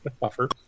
buffer